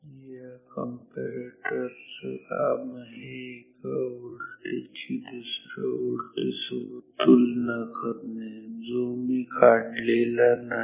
या कंपॅरेटर चं काम आहे एका व्होल्टेज ची दुसऱ्या व्होल्टेज सोबत तुलना करणे जो मी काढलेला नाही